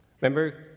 Remember